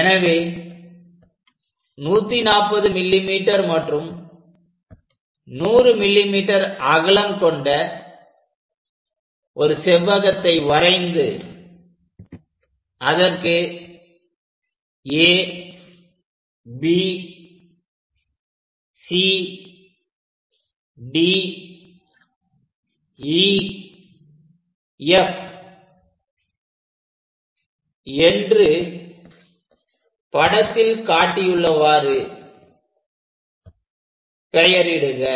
எனவே 140 mm நீளம் மற்றும் 100 mm அகலம் கொண்ட ஒரு செவ்வகத்தை வரைந்து அதற்கு ABCDEF என்று படத்தில் காட்டியுள்ளவாறு பெயரிடுக